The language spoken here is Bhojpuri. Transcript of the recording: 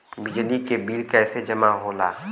बिजली के बिल कैसे जमा होला?